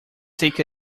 take